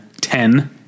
Ten